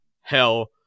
hell